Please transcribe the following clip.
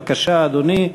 בבקשה, אדוני.